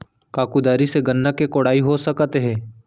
का कुदारी से गन्ना के कोड़ाई हो सकत हे?